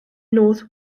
north